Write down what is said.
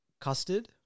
custard